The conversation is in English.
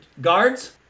guards